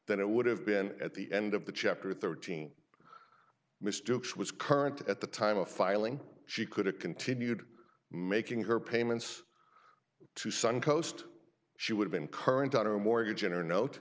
than it would have been at the end of the chapter thirteen mistook she was current at the time of filing she could have continued making her payments to suncoast she would have been current on her mortgage in or note